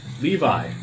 Levi